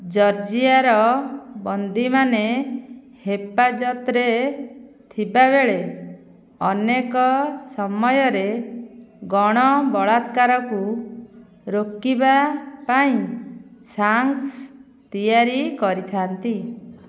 ଜର୍ଜିଆର ବନ୍ଦୀମାନେ ହେପାଜତରେ ଥିବାବେଳେ ଅନେକ ସମୟରେ ଗଣ ବଳାତ୍କାରକୁ ରୋକିବା ପାଇଁ ଶାଙ୍କସ୍ ତିଆରି କରିଥାନ୍ତି